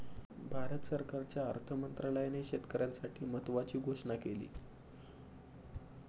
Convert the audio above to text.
भारत सरकारच्या अर्थ मंत्रालयाने शेतकऱ्यांसाठी महत्त्वाची घोषणा केली